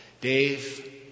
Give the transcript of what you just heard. Dave